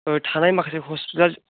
थानाय माखासे खरसफ्रा